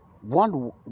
one